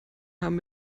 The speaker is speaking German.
haben